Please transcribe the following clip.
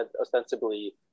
ostensibly